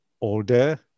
older